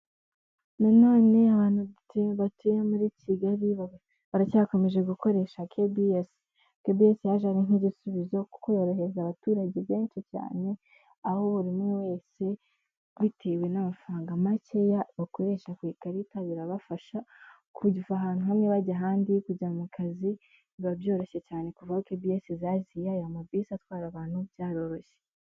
Nanone abantu batuye muri Kigali baracyakomeje gukoresha kibiyesi, kibiyesi yaje ari nk'igisubizo kuko yorohereza abaturage benshi cyane, aho buri umwe wese, bitewe n'amafaranga makeya, bakoresha ku ikarita birabafasha, kuva ahantu hamwe bajya ahandi, kujya mu kazi biba byoroshye cyane kuva kibiyesi zaziya, aya mabisi atwara abantu byaroroshye.